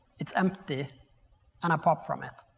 it's empty and prop from it?